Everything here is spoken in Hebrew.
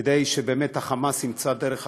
כדי שה"חמאס" ימצא דרך אחרת,